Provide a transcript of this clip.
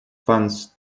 funds